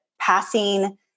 passing